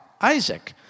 Isaac